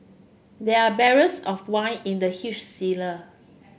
there are barrels of wine in the huge cellar